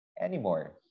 anymore